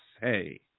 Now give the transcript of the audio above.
say